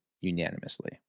unanimously